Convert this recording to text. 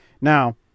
Now